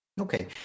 Okay